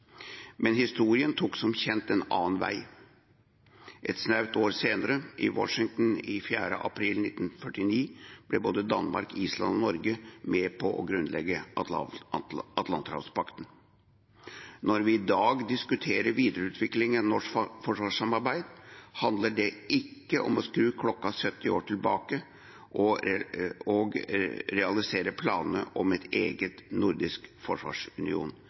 Men historien tok som kjent en annen vei. Et snaut år senere, i Washington den 4. april 1949, ble både Danmark, Island og Norge med på å grunnlegge Atlanterhavspakten. Når vi i dag diskuterer videreutviklingen av norsk forsvarssamarbeid, handler det ikke om å skru klokken 70 år tilbake og realisere planene om en egen nordisk forsvarsunion